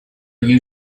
you